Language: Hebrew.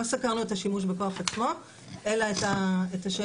לא סקרנו את השימוש בכוח עצמו אלא את השאלה